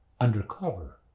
undercover